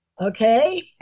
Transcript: Okay